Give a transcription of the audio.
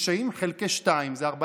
90, חלקי 2, 45,